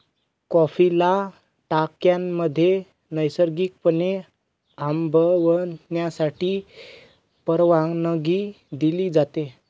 कॉफीला टाक्यांमध्ये नैसर्गिकपणे आंबवण्यासाठी परवानगी दिली जाते